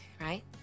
right